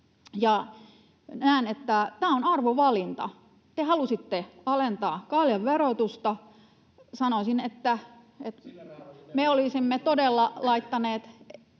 Näen, että tämä on arvovalinta. Te halusitte alentaa kaljan verotusta. Me olisimme todella laittaneet